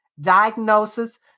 diagnosis